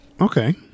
Okay